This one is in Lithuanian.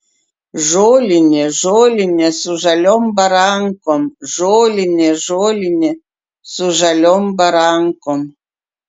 žolinė žolinė su žaliom barankom žolinė žolinė su žaliom barankom